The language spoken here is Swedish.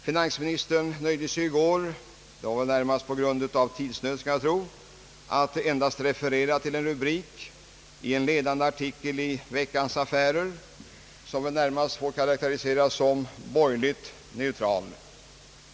Finansministern nöjde sig i går, jag skulle tro närmast på grund av tidsnöd, med att nämna rubriken på en ledande artikel i Veckans Affärer, en tidskrift som väl får anses vara något slags borgerligt neutral.